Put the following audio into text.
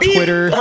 Twitter